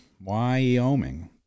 Wyoming